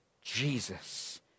Jesus